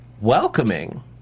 welcoming